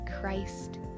Christ